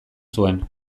zuen